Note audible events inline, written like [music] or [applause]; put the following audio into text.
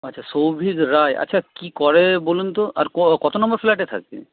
আচ্ছা সৌভিক রায় আচ্ছা কি করে বলুন তো আর [unintelligible] কত নম্বর ফ্ল্যাটে থাকে